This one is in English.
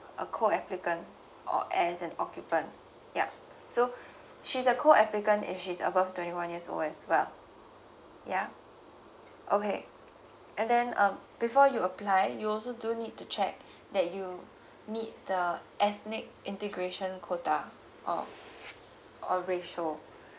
a co applicant or as an occupant yup so she's the co applicant if she's above twenty one years old as well yeah okay and then um before you apply you also do need to check that you meet the ethnic integration quota or or ratio